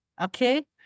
Okay